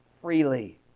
freely